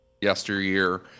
yesteryear